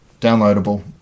downloadable